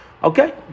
Okay